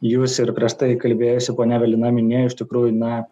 jūs ir prieš tai kalbėjusi ponia evelina minėjo iš tikrųjų na